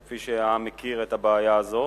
כפי שהעם מכיר את הבעיה הזו,